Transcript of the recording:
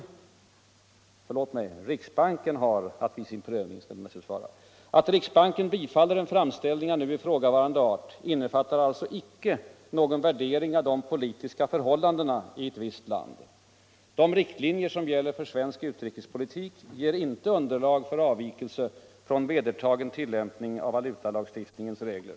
Att riksbanken bifaller en framställning av nu ifrågavarande art innefattar alltså icke någon värdering av de politiska förhållandena i ett visst land. De riktlinjer som giller för svensk utrikespolitik ger inte undertag för avvikelse från vedertagen tillämpning av valutalagstiftningens regler.